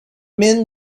men